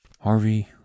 Harvey